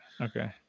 okay